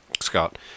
scott